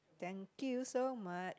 thank you so much